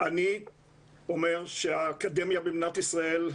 אני אומר שהאקדמיה במדינת ישראל,